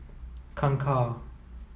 Kangkar